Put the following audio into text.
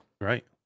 Right